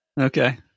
Okay